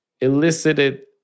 elicited